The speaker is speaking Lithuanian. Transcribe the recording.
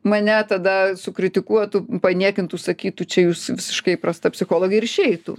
mane tada sukritikuotų paniekintų sakytų čia jūs visiškai prasta psichologė ir išeitų